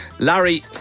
Larry